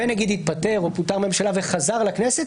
ונגיד התפטר או פוטר מהממשלה וחזר לכנסת,